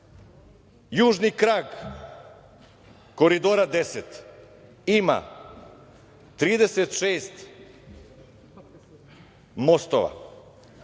Južni krak Koridora 10 ima 36 mostova,